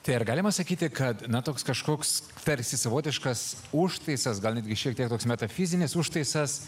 tai ar galima sakyti kad ne toks kažkoks tarsi savotiškas užtaisas gal netgi šiek tiek toks metafizinis užtaisas